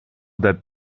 that